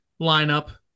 lineup